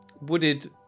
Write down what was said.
wooded